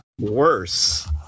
worse